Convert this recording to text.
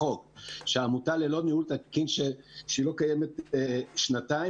שעמותה ללא ניהול תקין שלא קיימת שנתיים,